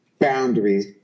Boundaries